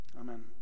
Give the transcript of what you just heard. Amen